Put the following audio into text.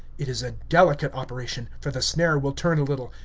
it is a delicate operation, for the snare will turn a little,